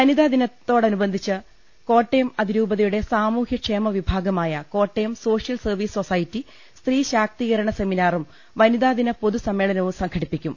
വനിതാ ദിനത്തോടനുബന്ധിച്ച് കോട്ടയം അതിരൂപതയുടെ സാമൂഹൃ ക്ഷേമ വിഭാഗമായ കോട്ടയം സോഷ്യൽ സർവ്വീസ് സൊസൈറ്റി സ്ത്രീ ശാക്തീകരണ സെമിനാറും വനിതാ ദിന പൊതുസമ്മേളനവും സംഘടിപ്പിക്കും